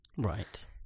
right